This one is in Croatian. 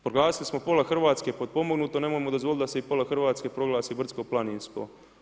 Proglasili smo pola Hrvatske potpomognuto, nemojmo dozvoliti da se i pola Hrvatske proglasi brdsko-planinsko.